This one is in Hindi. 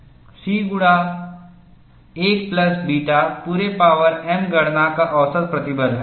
C गुणा 1 प्लस बीटा पूरे पावर m गणना का औसत प्रतिबल है